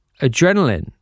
Adrenaline